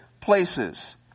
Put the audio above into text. places